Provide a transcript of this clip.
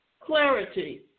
clarity